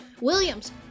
Williams